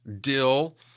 dill